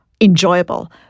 enjoyable